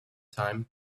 time